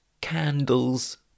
candles